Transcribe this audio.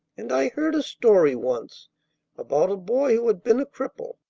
and i heard a story once about a boy who had been a cripple,